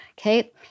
Okay